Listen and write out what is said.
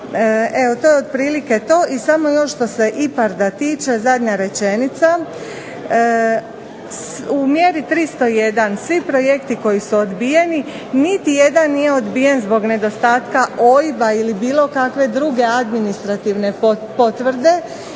Evo, to je otprilike to. I samo još što se IPARD-a tiče zadnja rečenica. U mjeri 301. svi projekti koji su odbijeni, niti jedan nije odbijen zbog nedostatka OIB-a ili bilo kakve druge administrativne potvrde.